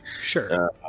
Sure